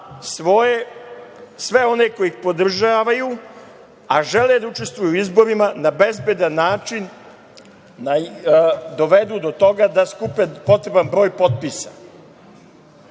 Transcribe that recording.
sve one koji ih podržavaju, a žele da učestvuju na izborima, da na bezbedan način dovedu do toga da skupe potreban broj potpisa.